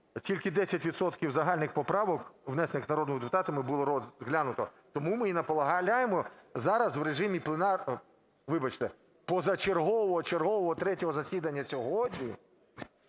відсотків загальних поправок, внесених народними депутатами, було розглянуто. Тому ми і наполягаємо зараз в режимі пленарного… вибачте, позачергового чергового третього засідання сьогодні